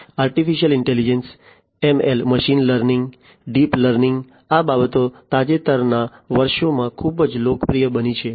artificial intelligence ML machine learning deep learning આ બાબતો તાજેતરના વર્ષોમાં ખૂબ જ લોકપ્રિય બની છે